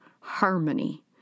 harmony